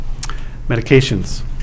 Medications